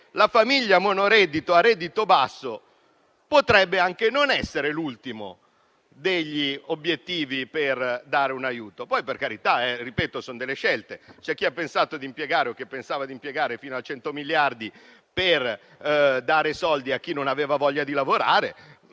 o a reddito basso potrebbe anche non essere l'ultimo degli obiettivi per dare un aiuto.